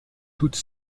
toute